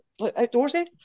outdoorsy